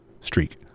streak